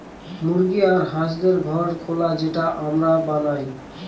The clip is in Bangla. মুরগি আর হাঁসদের ঘর খোলা যেটা আমরা বানায়